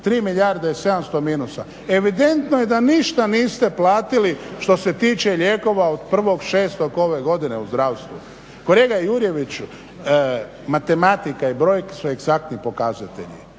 3 milijarde i 700 minusa? Evidentno je da ništa niste platili što se tiče lijekova od 1.06. ove godine u zdravstvu. Kolega Jurjeviću matematika i brojke su egzaktni pokazatelji.